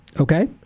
okay